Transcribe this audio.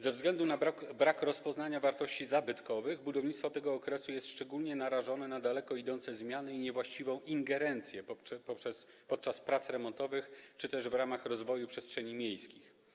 Ze względu na nierozpoznanie wartości zabytkowych budownictwo tego okresu jest szczególnie narażone na daleko idące zmiany i niewłaściwą ingerencję podczas prac remontowych czy też w ramach rozwoju przestrzeni miejskich.